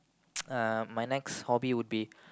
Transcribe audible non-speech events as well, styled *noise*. *noise* um my next hobby would be